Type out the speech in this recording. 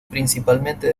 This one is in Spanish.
principalmente